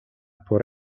por